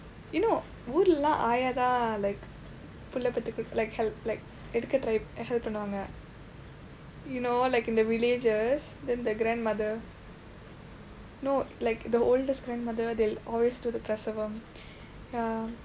you know ஊர்ல எல்லாம் ஆயா தான்:uurla ellaam aayaa thaan like பிள்ளை பெத்துகொடுத்து:pillai peththukkoduththu like help like எடுக்க:edukka try help பண்ணுவாங்க:pannuvaangka you know like in the villages than the grandmother no like the oldest grandmother they always do the பிரசவம்:pirasavam ya